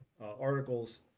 articles